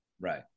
Right